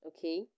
Okay